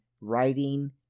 writing